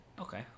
Okay